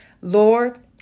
Lord